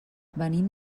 venim